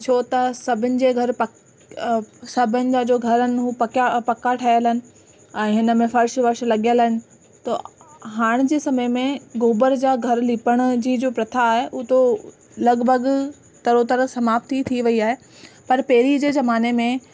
छो त सभिनि जे घर प सभिनि जा जो घर आहिनि हू पकिया पका ठहियल आहिनि ऐं हिन में फ़र्श वर्श लॻियल आहिनि त हाणे जे समय में गोबर जा घर लीपण जी जो प्रथा आहे हू त लॻभॻि तरोतर समाप्त ई थी वयी आहे पर पहिरीं जे जमाने में